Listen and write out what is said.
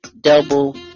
double